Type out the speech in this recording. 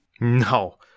No